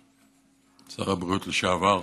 שר הבריאות לשעבר,